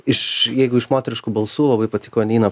iš jeigu iš moteriškų balsų labai patiko nina